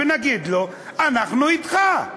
ונגיד לו "אנחנו אתך"?